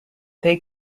they